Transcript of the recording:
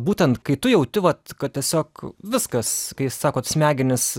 būtent kai tu jauti vat kad tiesiog viskas kai sakot smegenys